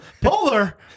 Polar